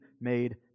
made